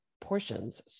portions